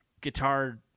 guitar